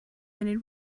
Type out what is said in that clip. munud